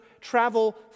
travel